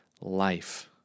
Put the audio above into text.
life